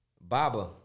Baba